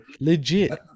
legit